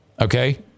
Okay